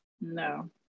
No